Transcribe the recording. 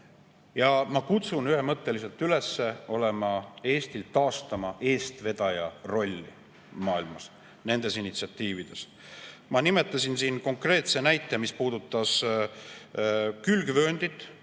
Ma kutsun ühemõtteliselt üles taastama Eesti eestvedaja rolli maailmas nendes initsiatiivides. Ma [tõin] siin konkreetse näite, mis puudutas külgvööndit.